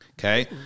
Okay